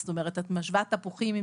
זאת אומרת את משווה תפוחים עם